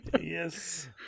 yes